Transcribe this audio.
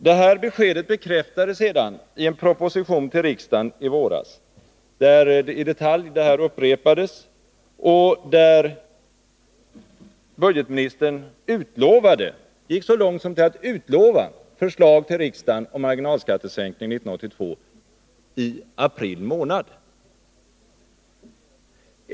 Det beskedet bekräftades sedan i en proposition till riksdagen i våras, där detta i detalj upprepades och där budgetministern utlovade — han gick så långt som till att utlova — förslag till riksdagen om marginalskattesänkning 1982. Detta skedde i april månad.